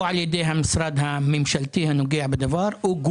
או על ידי המשרד הממשלתי הנוגע בדבר או על